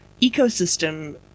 ecosystem